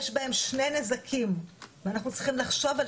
יש בהם שני נזקים ואנחנו צריכים לחשוב על